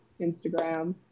instagram